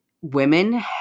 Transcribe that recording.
women